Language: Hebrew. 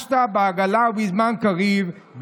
השתא בעגלא ובזמן קריב,